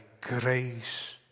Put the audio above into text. grace